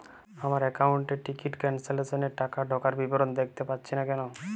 আমার একাউন্ট এ ticket cancellation এর টাকা ঢোকার বিবরণ দেখতে পাচ্ছি না কেন?